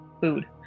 food